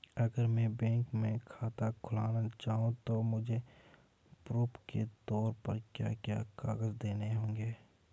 अगर मैं बैंक में खाता खुलाना चाहूं तो मुझे प्रूफ़ के तौर पर क्या क्या कागज़ देने होंगे?